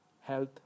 Health